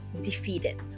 defeated